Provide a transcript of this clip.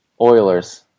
Oilers